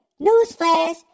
newsflash